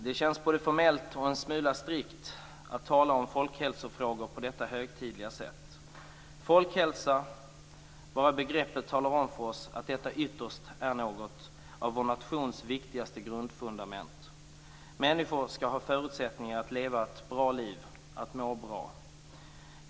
Det känns både formellt och en smula strikt att tala om folkhälsofrågor på detta högtidliga sätt. Bara begreppet folkhälsa talar om för oss att detta ytterst är något av vår nations viktigaste grundfundament. Människor skall ha förutsättningar att leva ett bra liv och må bra.